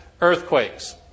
earthquakes